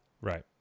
Right